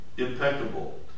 impeccable